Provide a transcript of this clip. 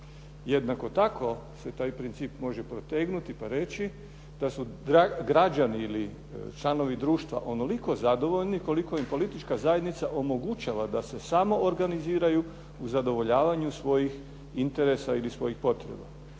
Jednako tako se taj princip može protegnuti pa reći da su građani ili članovi društva onoliko zadovoljni koliko im politička zajednica omogućava da se samoorganiziraju u zadovoljavanju svojih interesa ili svojih potreba.